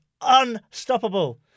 unstoppable